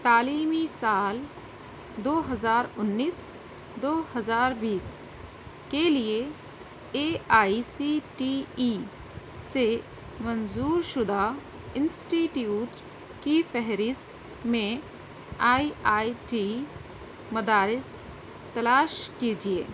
تعلیمی سال دو ہزار انیس دو ہزار بیس کے لیے A I C T E سے منظور شدہ انسٹیٹیوٹ کی فہرست میں آئی آئی ٹی مدراس تلاش کیجیے